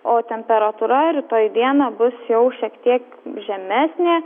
o temperatūra rytoj dieną bus jau šiek tiek žemesnė